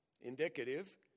indicative